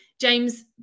James